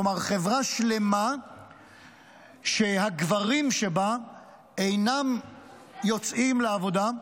כלומר חברה שלמה שהגברים שבה אינם יוצאים לעבודה,